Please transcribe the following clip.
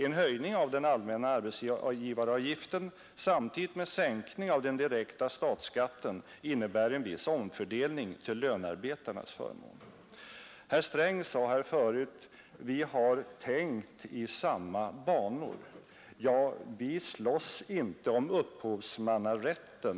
En höjning av den allmänna arbetsgivaravgiften samtidigt med en sänkning av den direkta statsskatten innebär en viss omfördelning till lönarbetarnas förmån.